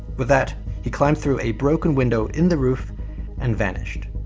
with that he climbed through a broken window in the roof and vanished.